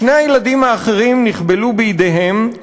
שני הילדים האחרים נחבלו בידיהם,